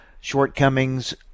shortcomings